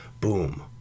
boom